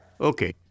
Okay